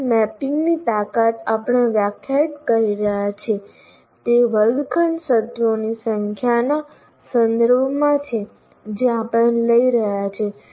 અહીં મેપિંગની તાકાત આપણે વ્યાખ્યાયિત કરી રહ્યા છીએ તે વર્ગખંડ સત્રોની સંખ્યાના સંદર્ભમાં છે જે આપણે લઈ રહ્યા છીએ